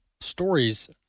stories